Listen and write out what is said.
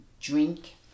drink